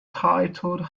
titled